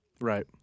Right